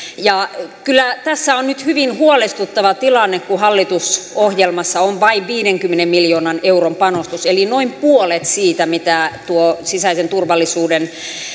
kyllä tässä on nyt hyvin huolestuttava tilanne kun hallitusohjelmassa on vain viidenkymmenen miljoonan euron panostus eli noin puolet siitä mitä tuo sisäisen turvallisuuden